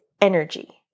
energy